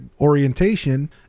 orientation